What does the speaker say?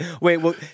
Wait